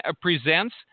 presents